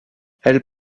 elles